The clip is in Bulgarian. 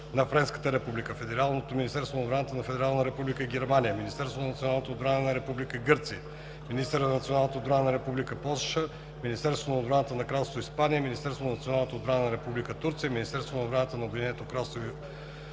на Френската република, Федералното министерство на отбраната на Федерална република Германия, Министерството на националната отбрана на Република Гърция, министъра на националната отбрана на Република Полша, Министерството на отбраната на Кралство Испания, Министерството на националната отбрана на Република Турция, Министерството на отбраната на Обединено кралство